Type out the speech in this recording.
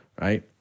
Right